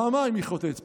פעמיים היא חוטאת,